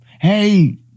Hey